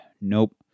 Nope